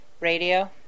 radio